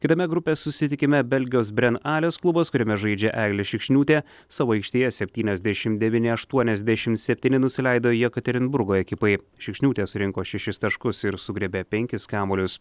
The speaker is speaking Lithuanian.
kitame grupės susitikime belgijos brenales klubas kuriame žaidžia eglė šikšniūtė savo aikštėjeseptyniasdešimt devyni aštuoniasdešimt septyni nusileido jekaterinburgo ekipai šikšniūtė surinko šešis taškus ir sugriebė penkis kamuolius